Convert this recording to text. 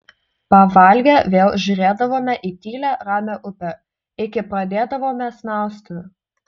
pavalgę vėl žiūrėdavome į tylią ramią upę iki pradėdavome snausti